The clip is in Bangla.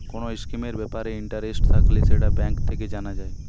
কোন স্কিমের ব্যাপারে ইন্টারেস্ট থাকলে সেটা ব্যাঙ্ক থেকে জানা যায়